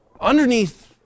Underneath